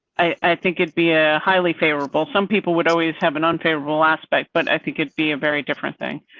i think it'd be ah highly favorable. some people would always have an on payroll aspect, but i think it'd be a very different thing.